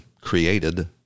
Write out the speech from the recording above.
created